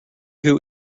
who